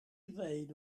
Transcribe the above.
ddweud